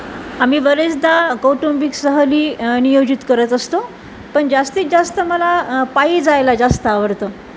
आम्ही बरेचदा कौटुंबिक सहली नियोजित करत असतो पण जास्तीत जास्त मला पायी जायला जास्त आवडतं